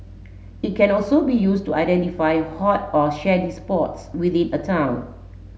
it can also be used to identify hot or shady spots within a town